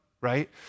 right